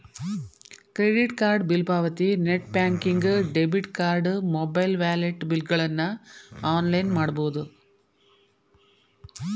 credit card bill ಪಾವತಿ net banking debit card mobile wallet ಬಿಲ್ಗಳನ್ನ online ಮಾಡಬೋದ್